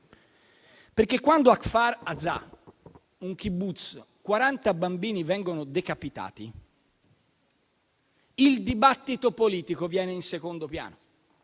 perché quando a Kfar Azza, un *kibbutz*, 40 bambini vengono decapitati, il dibattito politico viene in secondo piano;